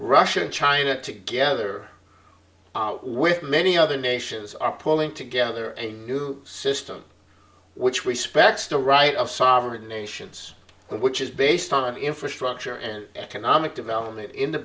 russia and china together with many other nations are pulling together a new system which respects the right of sovereign nations which is based on infrastructure and economic development in the